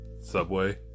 Subway